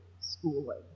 schooling